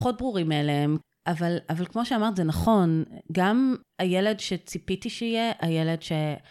פחות ברורים אליהם אבל אבל כמו שאמרת זה נכון גם הילד שציפיתי שיהיה הילד ש...